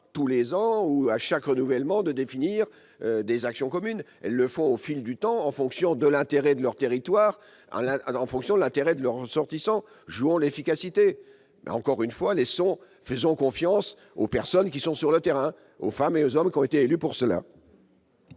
tous les ans ou à chaque renouvellement des actions communes. Elles le font au fil du temps, en fonction de l'intérêt de leur territoire et de leurs ressortissants. Jouons l'efficacité ! Faisons confiance à ceux qui sont sur le terrain, aux femmes et aux hommes qui ont été élus pour cela.